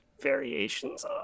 variations